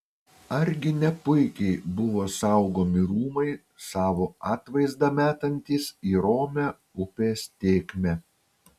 argi ne puikiai buvo saugomi rūmai savo atvaizdą metantys į romią upės tėkmę